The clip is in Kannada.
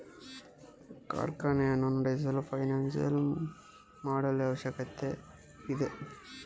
ಕಾರ್ಖಾನೆಯನ್ನು ನಡೆಸಲು ಫೈನಾನ್ಸಿಯಲ್ ಮಾಡೆಲ್ ಅವಶ್ಯಕತೆ ಇದೆ